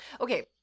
Okay